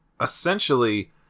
essentially